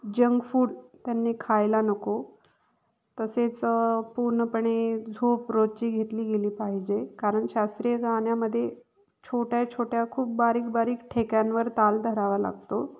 junk food त्यांनी खायला नको तसेच पूर्णपणे झोप रोजची घेतली गेली पाहिजे कारण शास्त्रीय गाण्यामध्ये छोट्या छोट्या खूप बारीक बारीक ठेक्यांवर ताल धरावा लागतो